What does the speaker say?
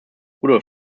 rudolf